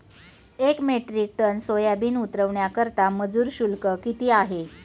एक metric tonne soybean उतरवण्याकरता मजूर शुल्क किती आहे?